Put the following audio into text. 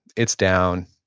it's down.